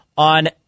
on